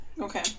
Okay